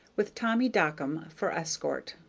with tommy dockum for escort.